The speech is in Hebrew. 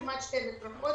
כמעט 12 חודשים.